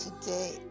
today